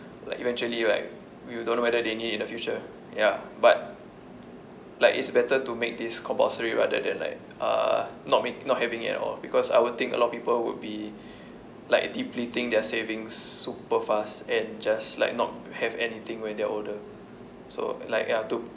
like eventually like we don't know whether they need in the future ya but like it's better to make this compulsory rather than like uh not me~ not having it at all because I would think a lot of people would be like depleting their savings super fast and just like not have anything when they're older so like ya to